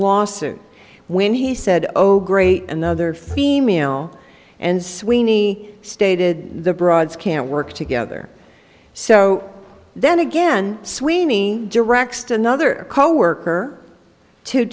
lawsuit when he said oh great another female and sweeney stated the broads can't work together so then again sweeney directs to another coworker to